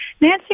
Nancy